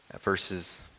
verses